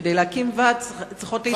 כדי להקים ועד צריכות להתקיים,